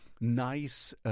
nice